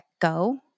go